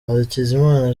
hakizimana